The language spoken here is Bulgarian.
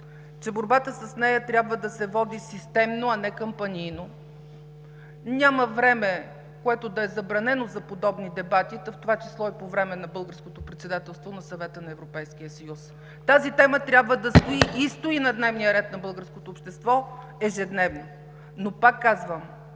че борбата с нея трябва да се води системно, а не кампанийно. Няма време, което да е забранено за подобни дебати, та в това число и по време на Българското председателство на Съвета на Европейския съюз. Тази тема трябва да стои и стои на дневния ред на българското общество ежедневно. Но, пак казвам,